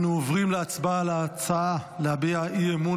אנו עוברים להצבעה על ההצעה להביע אי-אמון